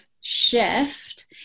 shift